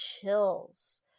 chills